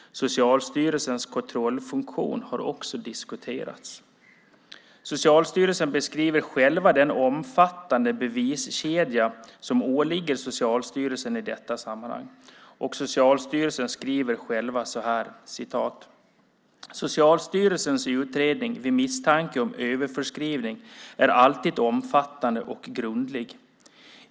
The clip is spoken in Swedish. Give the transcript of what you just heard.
Socialstyrelsens kontrollfunktion har också diskuterats. Socialstyrelsen beskriver själv den omfattande beviskedja som åligger Socialstyrelsen i detta sammanhang. Socialstyrelsen skriver så här: "Socialstyrelsens utredning vid misstanke om överförskrivning är alltid omfattande och grundlig.